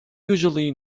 usually